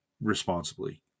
responsibly